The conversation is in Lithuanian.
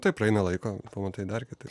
tai praeina laiko pamatai dar kitaip